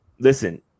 listen